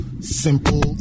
simple